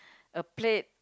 a plate